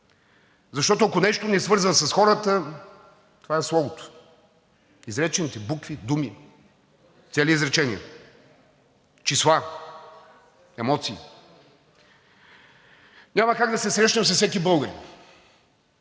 Защото, ако нещо ни свързва с хората, това е словото, изречените букви, думи, цели изречения, числа, емоции. Няма как да се срещнем с всеки българин,